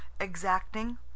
exacting